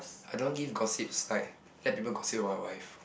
I don't want give gossips like let people gossip about your wife